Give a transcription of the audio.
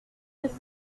ainsi